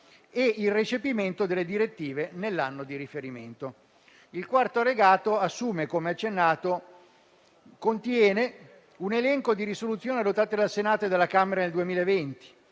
e il recepimento delle direttive nell'anno di riferimento. Il quarto allegato - come accennato - contiene un elenco di risoluzioni adottate dal Senato e della Camera del 2020